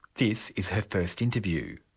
this is her first interview.